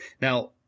Now